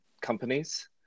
companies